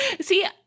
See